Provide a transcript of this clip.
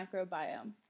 microbiome